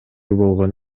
болгон